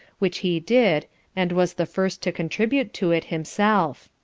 which he did and was the first to contribute to it himself.